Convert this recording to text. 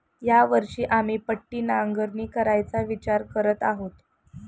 या वर्षी आम्ही पट्टी नांगरणी करायचा विचार करत आहोत